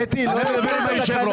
כמו ברברי.